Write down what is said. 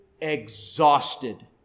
exhausted